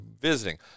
visiting